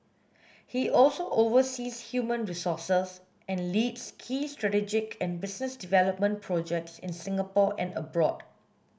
he also oversees human resources and leads key strategic and business development projects in Singapore and abroad